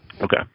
Okay